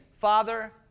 Father